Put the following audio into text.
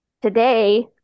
today